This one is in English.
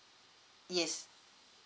yes